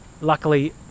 luckily